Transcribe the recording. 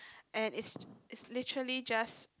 and it's it's literally just